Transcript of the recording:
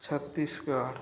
Chhattisgarh